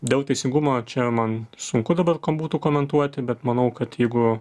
dėl teisingumo čia man sunku dabar būtų komentuoti bet manau kad jeigu